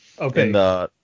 Okay